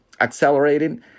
accelerating